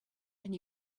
and